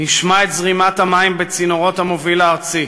נשמע את זרימת המים בצינורות המוביל הארצי,